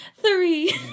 three